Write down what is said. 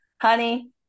honey